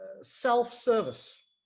self-service